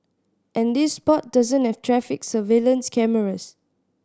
and this spot doesn't have traffic surveillance cameras